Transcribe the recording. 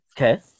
okay